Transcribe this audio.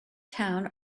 town